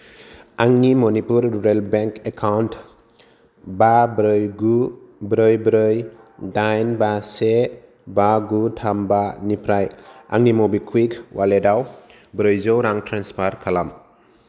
आंनि Manipur rural bank account बा ब्रै गु ब्रै ब्रै दाइन बा से बा गु थाम बा निफ्राय आंनि मबिक्वुइक वालेटाव ब्रैजौ रां ट्रेन्सफार खालाम